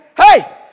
Hey